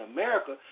America